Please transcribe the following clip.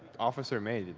officer mei.